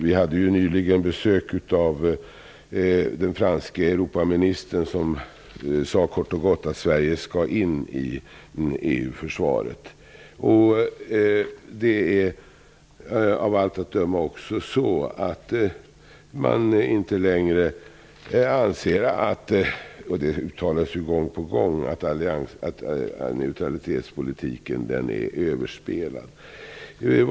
Vi hade nyligen besök av den franske Europaministern, som kort och gott sade att Sverige skall ingå i EU-försvaret. Av allt att döma anser man inte längre att neutralitetspolitiken är överspelad.